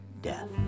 death